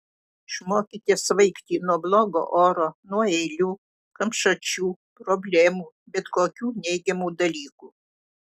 išmokite svaigti nuo blogo oro nuo eilių kamšačių problemų bet kokių neigiamų dalykų